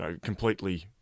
completely